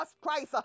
Christ